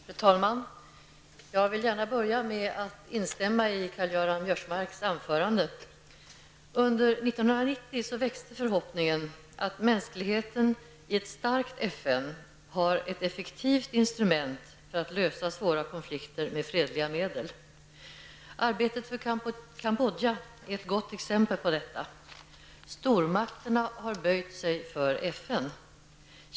Fru talman! Jag vill gärna börja med att instämma i det Karl-Göran Biörsmark säger i sitt anförande. Under 1990 växte förhoppningen om att mänskligheten i ett starkt FN har ett effektivt instrument för att lösa svåra konflikter med fredliga medel. Arbetet för Kambodja är ett gott exempel på detta. Stormakterna har böjt sig för FN.